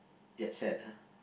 jet-set ah